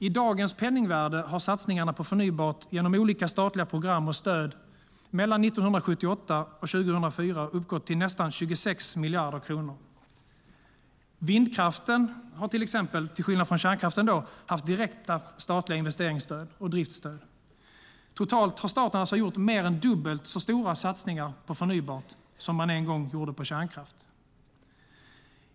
I dagens penningvärde har satsningarna på förnybart genom olika statliga program och stöd mellan 1978 och 2004 uppgått till nästan 26 miljarder kronor. Vindkraften har till exempel, till skillnad från kärnkraften, haft direkta statliga investeringsstöd och driftsstöd. Totalt har staten alltså gjort mer än dubbelt så stora satsningar på förnybart som man en gång gjorde på kärnkraft.